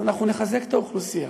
אז אנחנו נחזק את האוכלוסייה.